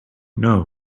know